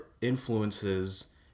influences